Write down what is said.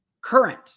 current